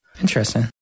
Interesting